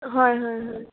হয় হয় হয়